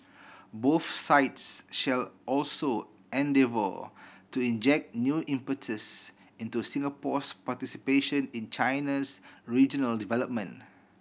both sides shall also endeavour to inject new impetus into Singapore's participation in China's regional development